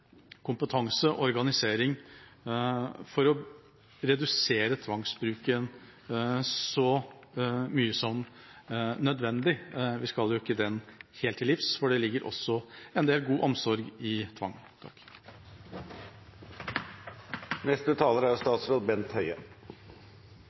kompetanse og organisering for å redusere tvangsbruken så mye som nødvendig – vi skal jo ikke den helt til livs, for det ligger også en del god omsorg i tvang.